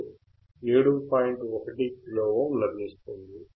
1 kilo ఓమ్ లభిస్తుంది